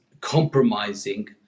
compromising